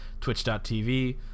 Twitch.tv